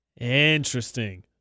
Interesting